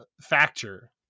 factor